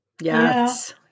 Yes